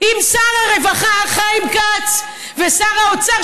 עם שר הרווחה חיים כץ ושר האוצר,